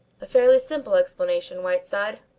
a fairly simple explanation, whiteside.